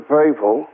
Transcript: people